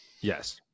Yes